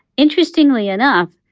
interestingly enough,